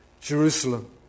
Jerusalem